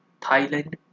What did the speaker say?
Thailand